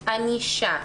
ענישה,